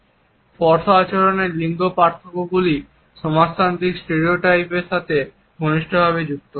স্পর্শ আচরণে লিঙ্গ পার্থক্যগুলি সমাজতান্ত্রিক স্টেরিওটাইপগুলির সাথেও ঘনিষ্ঠভাবে যুক্ত